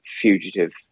Fugitive